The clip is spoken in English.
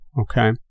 okay